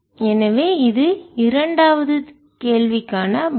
எனவே இது இரண்டாவது கேள்விக்கான பதில்